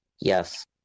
Yes